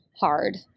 hard